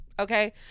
okay